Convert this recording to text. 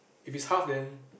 if is half then